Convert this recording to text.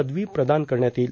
पदवी प्रदान करण्यात येईल